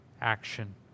action